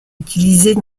utilisées